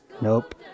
Nope